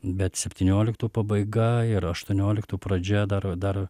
bet septynioliktų pabaiga ir aštuonioliktų pradžia dar dar